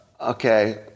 Okay